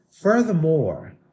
Furthermore